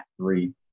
three